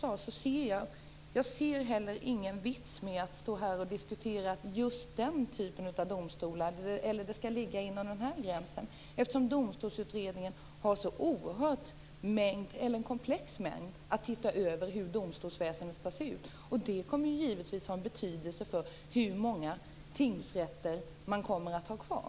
Precis som Göran Magnusson sade finns det ingen vits med att stå här och diskutera just den typen av domstolar, eftersom Domstolsutredningen har en så komplex uppgift att se över hur domstolsväsendet skall se ut. Det kommer givetvis att ha betydelse för hur många tingsrätter man kommer att ha kvar.